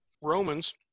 Romans